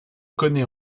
connaît